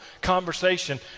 conversation